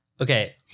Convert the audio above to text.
Okay